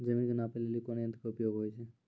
जमीन के नापै लेली कोन यंत्र के उपयोग होय छै?